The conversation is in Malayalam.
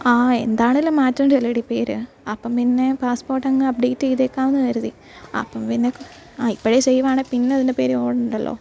ആ എന്താണേലും മാറ്റണ്ടെല്ലേഡി പേര് അപ്പം പിന്നെ പാസ്പോർട്ട് അങ്ങ് അപ്ഡേറ്റ് ചെയ്തേക്കാമെന്ന് കരുതി അപ്പം പിന്നെ ആ ഇപ്പോഴെ ചെയ്യുവാണേൽ പിന്നെ അതിൻ്റെ പേരിൽ ഓടണ്ടല്ലോ